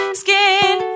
skin